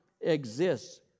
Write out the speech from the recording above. exists